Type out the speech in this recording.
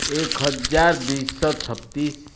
ଏକ୍ ହଜାର୍ ଦୁଇଶ ଛତିଶ୍